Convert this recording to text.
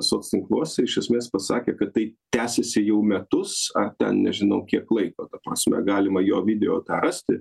soctinkluose iš esmės pasakė kad tai tęsiasi jau metus nežinau kiek laiko ta prasme galima jo video rasti